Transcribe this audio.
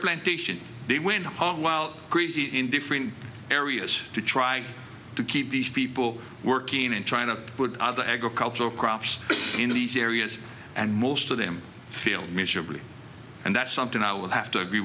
plantations they went home while greasy in different areas to try to keep these people working and trying to put the agricultural crops in these areas and most of them feel miserable and that's something i would have to agree